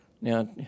Now